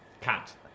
Cat